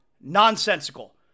nonsensical